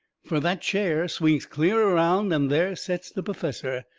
fur that chair swings clear around and there sets the perfessor.